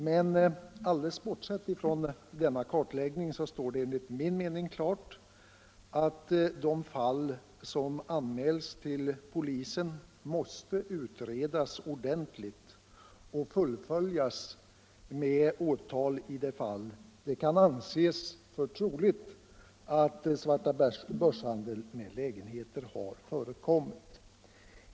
Men alldeles bortsett från denna kartläggning står det enligt min mening klart att de fall som anmäls till polisen måste utredas ordentligt och fullföljas med åtal när det kan anses troligt att svartabörshandel med lägenheter har förekommit.